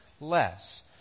less